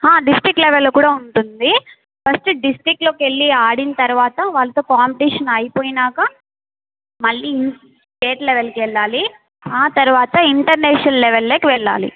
district లెవెల్లో కూడా ఉంటుంది ఫస్ట్ డిస్ట్రిక్ట్లోకెళ్లి ఆడిన తర్వాత వాళ్ళతో కాంపిటీషన్ అయిపోయినాక మళ్ళీ స్టేట్ లెవెల్కెళ్ళాలి ఆ తర్వాత ఇంటర్నేషనల్ లెవెల్లోకి వెళ్ళాలి